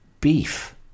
Beef